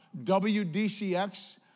WDCX